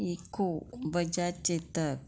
eco Bajaj Chetak